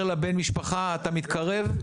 אומר לבן המשפחה אתה מתקרב?